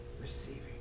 receiving